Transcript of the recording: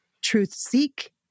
truth-seek